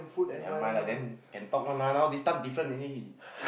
never mind then can talk one this stuff different already